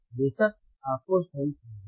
बेशक आपको सही सुनना है